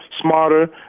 smarter